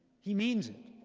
he means it.